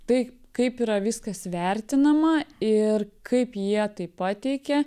tai kaip yra viskas vertinama ir kaip jie tai pateikia